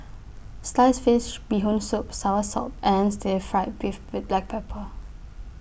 Sliced Fish Bee Hoon Soup Soursop and Stir Fried Beef with Black Pepper